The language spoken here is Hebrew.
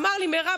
שאמר לי: מירב,